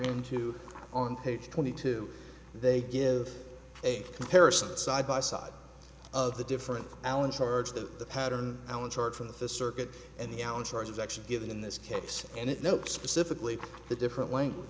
into on page twenty two they give a comparison side by side of the different allen charge the pattern allen charge from the circuit and the answer is actually given in this case and it notes specifically the different language